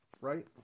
right